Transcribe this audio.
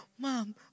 Mom